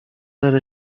داره